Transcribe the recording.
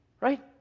right